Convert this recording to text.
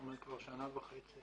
זאת אומרת כבר שנה וחצי.